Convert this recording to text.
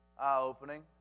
eye-opening